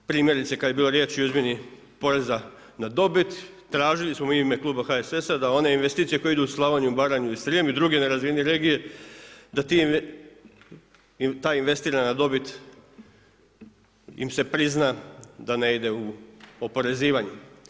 Primjerice kad je bilo riječi o izmjeni poreza na dobit tražili smo u ime kluba HSS-a da one investicije koje idu u Slavoniju, Baranju i Srijem i druge nerazvijene regije da ta investirana dobit im se prizna da ne ide u oporezivanje.